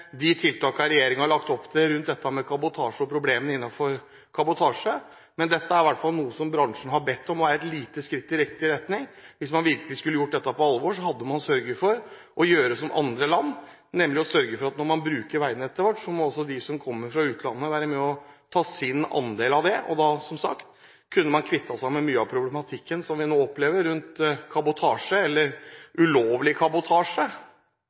de tiltakene regjeringen har lagt opp til rundt dette med kabotasje og problemene innenfor det, men dette er iallfall noe bransjen har bedt om, og er et lite skritt i riktig retning. Hvis man virkelig skulle tatt dette på alvor, hadde man gjort som andre land, nemlig å sørge for at når man bruker veinettet vårt, må også de som kommer fra utlandet, være med og ta sin andel, og da kunne man som sagt kvittet seg med mye av problematikken vi nå opplever rundt kabotasje – eller ulovlig kabotasje.